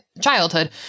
childhood